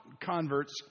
converts